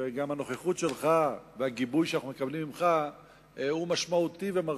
וגם הנוכחות שלך והגיבוי שאנחנו מקבלים ממך משמעותיים ומרשימים.